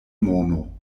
mono